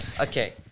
Okay